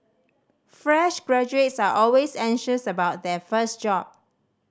fresh graduates are always anxious about their first job